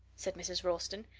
said mrs. ralston.